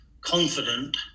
confident